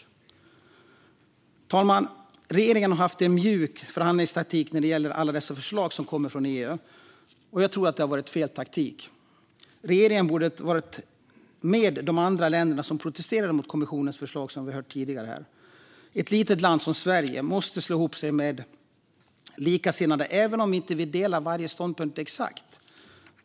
Fru talman! Regeringen har haft en mjuk förhandlingstaktik när det gäller alla dessa förslag som kommer från EU. Jag tror det har varit fel taktik. Regeringen borde ha varit med de andra länderna som protesterade mot kommissionens förslag, som vi hört här tidigare. Ett litet land som Sverige måste slå sig ihop med likasinnade även om vi inte delar varje ståndpunkt exakt.